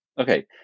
okay